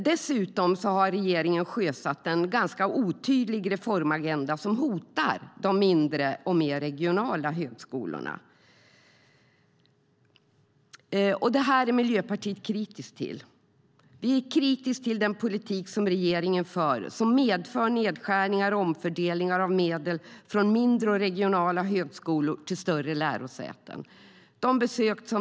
Dessutom har regeringen sjösatt en otydlig reformagenda som hotar de mindre och mer regionala högskolorna. Miljöpartiet är kritiskt till den politik som regeringen för som medför nedskärningar och omfördelningar av medel från mindre och regionala högskolor till större lärosäten.